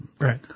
Right